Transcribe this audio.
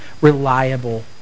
reliable